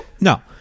No